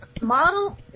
model